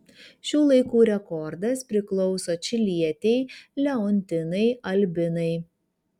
šių laikų rekordas priklauso čilietei leontinai albinai